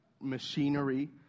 machinery